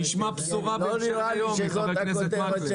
אולי אנחנו נשמע בשורה בהמשך היום מחבר הכנסת מקלב.